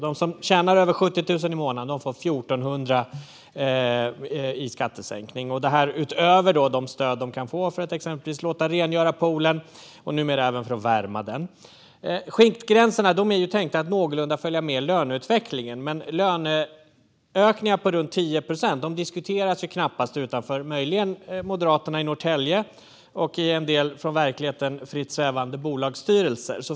De som tjänar över 70 000 i månaden får 1 400 i skattesänkning - och det utöver de stöd de kan få för att exempelvis låta rengöra poolen och, numera, värma den. Skiktgränserna är tänkta att någorlunda följa med löneutvecklingen. Löneökningar på runt 10 procent diskuteras dock knappast utom möjligen hos Moderaterna i Norrtälje och i en del, från verkligheten fritt svävande, bolagsstyrelser.